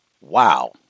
wow